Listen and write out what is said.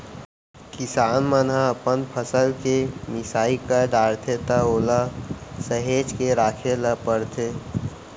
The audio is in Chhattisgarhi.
किसान मन ह अपन फसल के मिसाई कर डारथे त ओला सहेज के राखे ल परथे